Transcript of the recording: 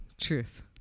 Truth